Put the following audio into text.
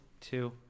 two